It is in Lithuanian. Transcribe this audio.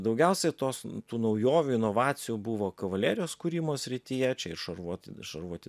daugiausiai tos tų naujovių inovacijų buvo kavalerijos kūrimo srityje čia ir šarvuoti šarvuoti